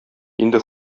инде